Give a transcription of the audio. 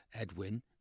Edwin